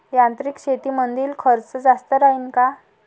यांत्रिक शेतीमंदील खर्च जास्त राहीन का?